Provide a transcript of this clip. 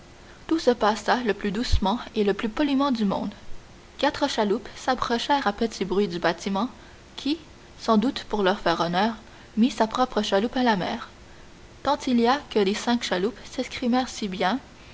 tout se passa le plus doucement et le plus poliment du monde quatre chaloupes s'approchèrent à petit bruit du bâtiment qui sans doute pour leur faire honneur mit sa propre chaloupe à la mer tant il y a que les cinq chaloupes s'escrimèrent si bien